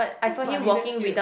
that's funny that's cute